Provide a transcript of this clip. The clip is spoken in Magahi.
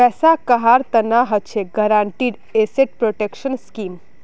वैसा कहार तना हछेक गारंटीड एसेट प्रोटेक्शन स्कीम